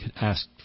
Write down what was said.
ask